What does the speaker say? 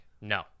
No